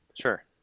Sure